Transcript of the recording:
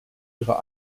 ihrer